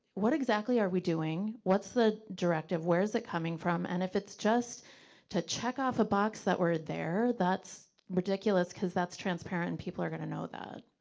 what exactly are we doing? what's the directive, where is it coming from? and if it's just to check off a box that we're there, that's ridiculous, cause that's transparent and people are gonna know that.